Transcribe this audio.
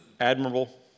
admirable